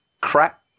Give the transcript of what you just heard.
crap